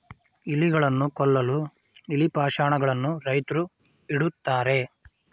ಇಲಿಗಳನ್ನು ಕೊಲ್ಲಲು ಇಲಿ ಪಾಷಾಣ ಗಳನ್ನು ರೈತ್ರು ಇಡುತ್ತಾರೆ